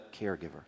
caregiver